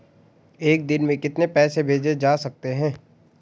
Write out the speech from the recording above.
एक दिन में कितने पैसे भेजे जा सकते हैं?